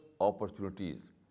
opportunities